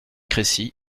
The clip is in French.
crécy